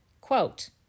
quote